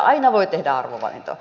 aina voi tehdä arvovalintoja